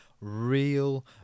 real